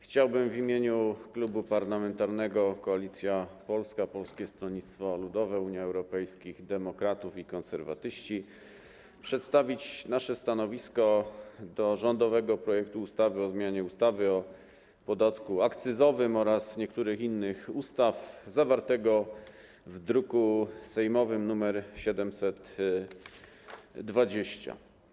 Chciałbym w imieniu Klubu Parlamentarnego Koalicja Polska - Polskie Stronnictwo Ludowe, Unia Europejskich Demokratów, Konserwatyści przedstawić nasze stanowisko wobec rządowego projektu ustawy o zmianie ustawy o podatku akcyzowym oraz niektórych innych ustaw, druk sejmowy nr 720.